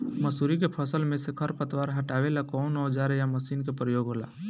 मसुरी के फसल मे से खरपतवार हटावेला कवन औजार या मशीन का प्रयोंग होला?